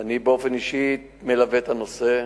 ואני באופן אישי מלווה את הנושא.